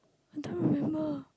I don't remember